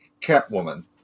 catwoman